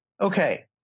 Okay